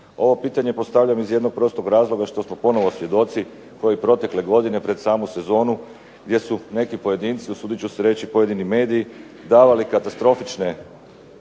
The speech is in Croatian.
Ovo pitanje postavljam iz jednog prostog razloga što smo ponovno svjedoci kao i protekle godine pred samu sezonu gdje su neki pojedinci, usudit ću se reći pojedini mediji, davali katastrofične